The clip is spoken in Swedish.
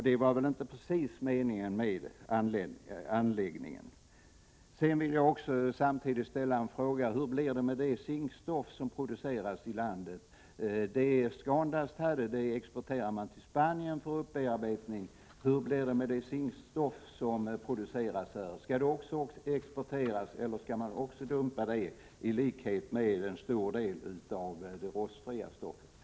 Det var väl inte precis meningen med denna anläggning. Jag vill samtidigt ställa en annan fråga, som gäller zinkstoft. Det zinkstoft som kom till ScanDust exporterades till Spanien för uppbearbetning, men hur blir det med det zinkstoft som produceras? Skall det också exporteras, eller skall det dumpas i likhet med en stor del av det rostfria stoftet?